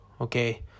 okay